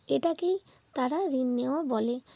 এটাকেই তারা ঋণ নেওয়া বলে